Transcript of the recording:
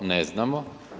Ne znamo.